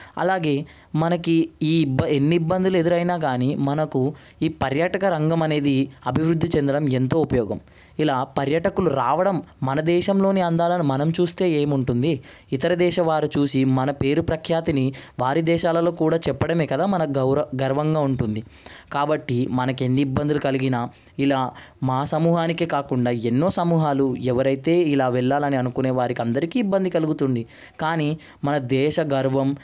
అలాగే మనకి ఈ ఇబ్బం ఎన్ని ఇబ్బందులు ఎదురైనా కానీ మనకు ఈ పర్యాటక రంగం అనేది అభివృద్ధి చెందడం ఎంతో ఉపయోగం ఇలా పర్యాటకులు రావడం మనదేశంలోని అందాలను మనం చూస్తే ఏమంటుంది ఇతర దేశ వారు చూసి మన పేరు ప్రఖ్యాతిని వారి దేశాలలో కూడా చెప్పడమే కదా మన గౌర గర్వంగా ఉంటుంది కాబట్టి మనకి ఎన్ని ఇబ్బందులు కలిగిన ఇలా మా సమూహానికే కాకుండా ఎన్నో సమూహాలు ఎవరైతే ఇలా వెళ్ళాలని అనుకునే వారికి అందరికీ ఇబ్బంది కలుగుతుంది కానీ మన దేశ గర్వం